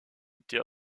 été